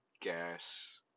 gas